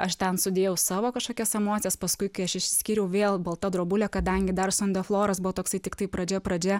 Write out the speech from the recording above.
aš ten sudėjau savo kažkokias emocijas paskui kai aš išskyriau vėl balta drobulė kadangi dar son de floras buvo toksai tiktai pradžia pradžia